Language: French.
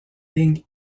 ligne